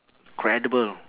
incredible